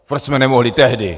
Proč jsme nemohli tehdy.